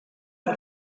est